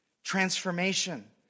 transformation